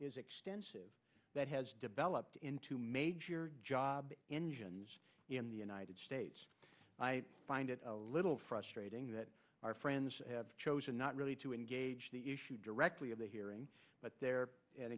is extensive that has developed into major job engines in the united states i find it a little frustrating that our friends have chosen not really to engage the issue directly of the hearing but